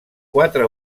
quatre